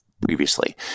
previously